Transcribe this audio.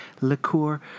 liqueur